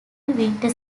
winter